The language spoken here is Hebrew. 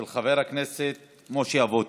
של חבר הכנסת משה אבוטבול.